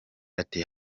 ati